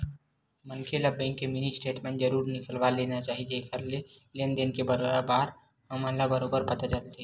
मनखे ल bank mini statement जरूर निकलवा ले चाही जेखर ले लेन देन के बार म हमन ल बरोबर पता चलथे